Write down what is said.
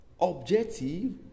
objective